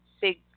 big